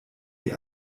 die